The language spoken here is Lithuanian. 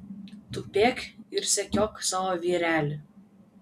tupėk ir sekiok savo vyrelį